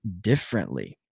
differently